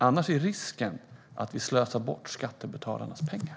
Annars är risken att vi slösar bort skattebetalarnas pengar.